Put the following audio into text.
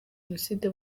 genocide